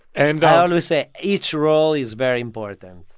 and i always say each role is very important.